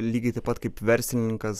lygiai taip pat kaip verslininkas